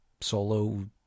solo